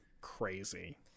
crazy